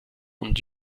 und